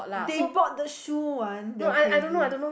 they bought the shoe one they're crazy